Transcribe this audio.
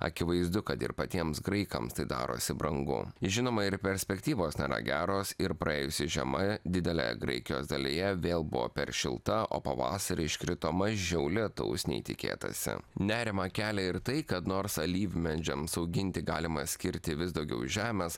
akivaizdu kad ir patiems graikams tai darosi brangu žinoma ir perspektyvos nėra geros ir praėjusi žiema didelėje graikijos dalyje vėl buvo per šilta o pavasarį iškrito mažiau lietaus nei tikėtasi nerimą kelia ir tai kad nors alyvmedžiams auginti galima skirti vis daugiau žemės